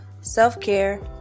self-care